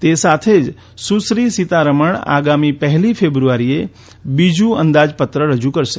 તે સાથે જ સુશ્રી સીતારમણ આગામી પહેલી ફેબ્રુઆરીએ બીજુ અંદાજપત્ર રજુ કરશે